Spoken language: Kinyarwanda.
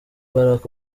barack